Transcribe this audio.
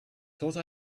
thought